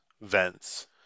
vents